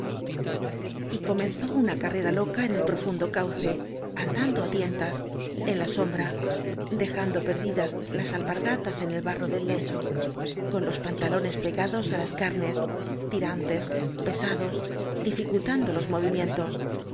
comenzó una carrera loca en el profundo cauce andando á tientas en la sombra dejando perdidas las alpargatas en el barro del lecho con los pantalones pegados á las carnes tirantes pesados dificultando los movimientos